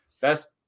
Best